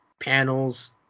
panels